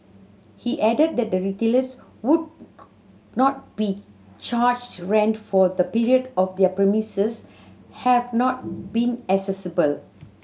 he added that retailers would not be charged rent for the period their premises have not been accessible